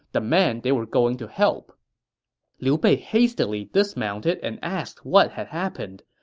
the man they were going to help liu bei hastily dismounted and asked what had happened.